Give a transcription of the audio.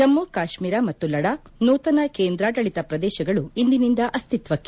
ಜಮ್ಮು ಕಾಶ್ಮೀರ ಮತ್ತು ಲಡಾಕ್ ನೂತನ ಕೇಂದ್ರಾಡಳಿತ ಪ್ರದೇಶಗಳು ಇಂದಿನಿಂದ ಅಸ್ತಿತ್ವಕ್ಕೆ